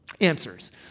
answers